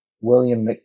William